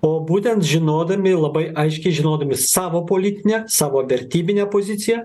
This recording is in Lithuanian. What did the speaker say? o būtent žinodami labai aiškiai žinodami savo politinę savo vertybinę poziciją